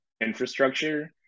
infrastructure